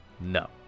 no